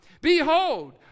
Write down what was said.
behold